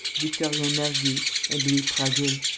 victorien mergy and louis prasville.